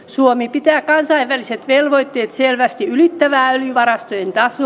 suomi pitää kansainväliset velvoitteet selvästi ylittävää öljyvarastojen tasoa